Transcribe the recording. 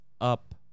up